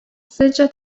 sizce